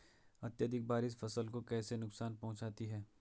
अत्यधिक बारिश फसल को कैसे नुकसान पहुंचाती है?